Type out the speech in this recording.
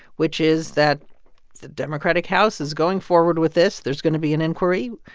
which is that the democratic house is going forward with this. there's going to be an inquiry.